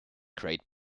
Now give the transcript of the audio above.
great